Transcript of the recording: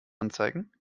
anzeigen